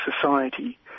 society